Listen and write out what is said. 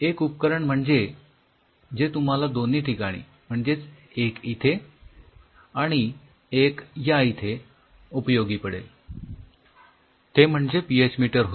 एक उपकरण जे तुम्हाला दोन्ही ठिकाणी म्हणजेच एक इथे आणि एक या इथे उपयोगी पडेल ते म्हणजे पी एच मीटर होय